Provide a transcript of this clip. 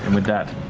and with that,